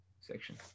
section